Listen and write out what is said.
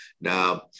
Now